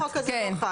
החוק הזה לא חל.